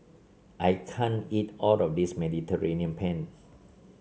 I can't eat all of this Mediterranean Penne